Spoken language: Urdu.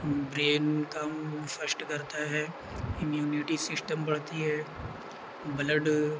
برین کم فسٹ کرتا ہے امیونٹی سسٹم بڑھتی ہے بلڈ